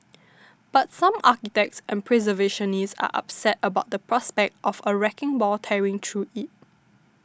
but some architects and preservationists are upset about the prospect of a wrecking ball tearing through it